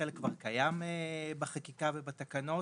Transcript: חלק כבר קיים בחקיקה ובתקנות,